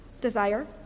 desire